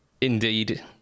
indeed